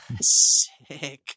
Sick